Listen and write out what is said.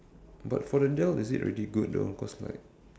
but for the Dell is it really good though cause like